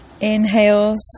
inhales